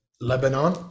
lebanon